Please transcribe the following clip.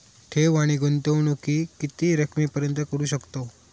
ठेव आणि गुंतवणूकी किती रकमेपर्यंत करू शकतव?